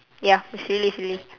ya it's really silly